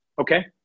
Okay